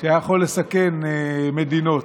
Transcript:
שהיה יכול לסכן מדינות,